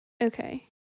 Okay